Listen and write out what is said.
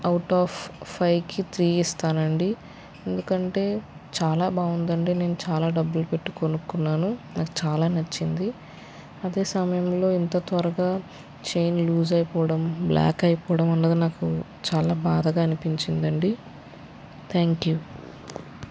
out of ఫైవ్కి three ఇస్తాను అండి ఎందుకంటే చాలా బాగుంది అండి నేను చాలా డబ్బులు పెట్టి కొనుక్కున్నాను నాకు చాలా నచ్చింది అదే సమయంలో ఇంత త్వరగా చైన్ లూజ్ అయిపోవడం బ్లాక్ అయిపోవడం అన్నది నాకు చాలా బాధగా అనిపించిందండి థ్యాంక్ యూ